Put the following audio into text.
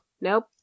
Nope